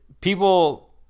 people